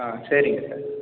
ஆ சரிங்க சார்